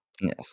Yes